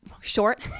short